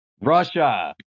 Russia